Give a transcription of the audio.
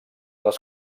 les